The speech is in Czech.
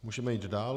Můžeme jít dál.